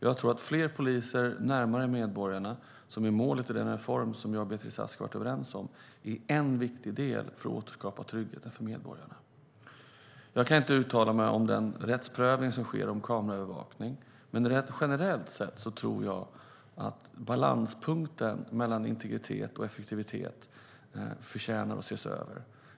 Jag tror att fler poliser närmare medborgarna, som är målet i den reform som jag och Beatrice Ask har varit överens om, är en viktig del för att återskapa tryggheten för medborgarna. Jag kan inte uttala mig om den rättsprövning som sker om kameraövervakning, men rent generellt sett tror jag att balanspunkten mellan integritet och effektivitet förtjänar att ses över.